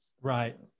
right